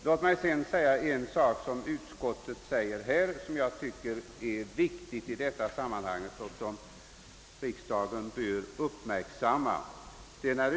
Jag vill sedan beröra något som utskottet behandlar och som jag tycker är viktigt i detta sammanhang och därför bör uppmärksammas av ledamöterna.